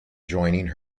joining